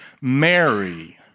Mary